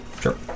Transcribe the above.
Sure